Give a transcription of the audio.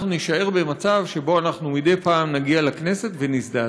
אנחנו נישאר במצב שבו מדי פעם נגיע לכנסת ונזדעזע.